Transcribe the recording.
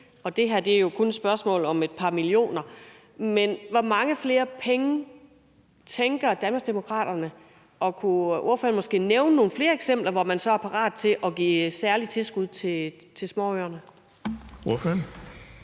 og det her er jo kun et spørgsmål om et par millioner. Men hvor mange flere penge drejer det sig om, tænker Danmarksdemokraterne, og kunne ordføreren måske nævne nogle flere eksempler, hvor man så er parat til at give særlige tilskud til småøerne?